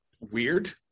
weird